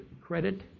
credit